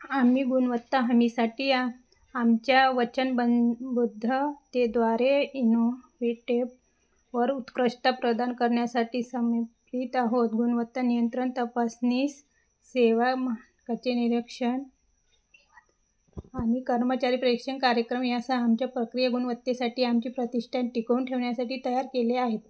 आम्ही गुणवत्ता हमीसाठी आ आमच्या वचन बन बद्धतेद्वारे इनोवेटेपवर उत्कृष्ट प्रदान करण्यासाठी समर्पित आहोत गुणवत्ता नियंत्रण तपासणी सेवाम कचे निरीक्षण आणि कर्मचारी प्रेक्षन कार्यक्रम याचा आमच्या प्रक्रिये गुणवत्तेसाठी आमची प्रतिष्टान टिकवून ठेवण्यासाठी तयार केले आहेत